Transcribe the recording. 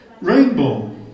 Rainbow